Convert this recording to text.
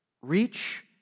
Reach